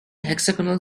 hexagonal